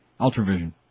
Ultravision